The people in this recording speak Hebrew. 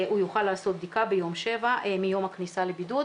הוא יוכל לעשות בדיקה ביום השביעי מיום הכניסה לבידוד.